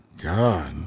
God